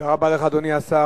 תודה רבה לך, אדוני השר.